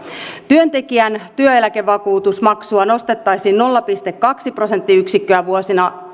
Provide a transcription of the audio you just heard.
työntekijän työeläkevakuutusmaksua nostettaisiin nolla pilkku kaksi prosenttiyksikköä vuosina